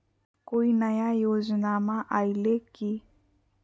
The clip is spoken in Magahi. कोइ नया योजनामा आइले की?